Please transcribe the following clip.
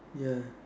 ya